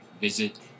visit